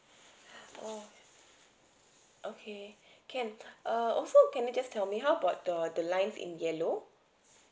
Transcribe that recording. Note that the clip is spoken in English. oh okay can err also can you just tell me how about the the lines in yellow